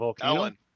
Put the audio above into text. Ellen